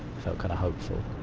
felt kinda hopeful.